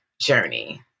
journey